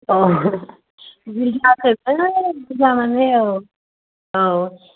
औ बुरजा मानि औ